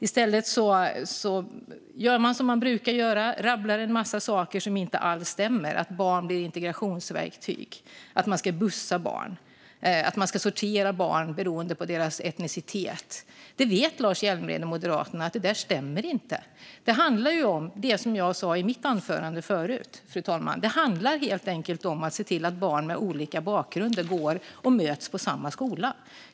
I stället gör man som man brukar, rabblar upp en massa saker som inte alls stämmer: att barn blir integrationsverktyg, att barn ska bussas, att barn ska sorteras beroende på deras etnicitet. Lars Hjälmered och Moderaterna vet att detta inte stämmer. Det handlar om det som jag sa i mitt anförande förut, fru talman: att se till att barn med olika bakgrunder går i samma skola och möts där.